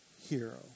hero